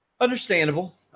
understandable